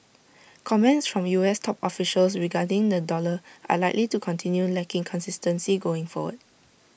comments from U S top officials regarding the dollar are likely to continue lacking consistency going forward